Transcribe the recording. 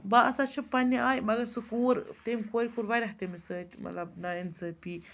بسان چھِ پنٛنہِ آیہِ مگر سُہ کوٗر تٔمۍ کورِ کوٚر واریاہ تٔمِس سۭتۍ مطلب نااِنصٲفی